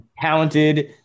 talented